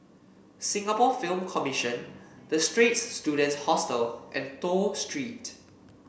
Singapore Film Commission The Straits Students Hostel and Toh Street